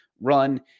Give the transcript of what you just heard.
run